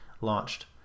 launched